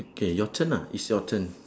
okay your turn ah it's your turn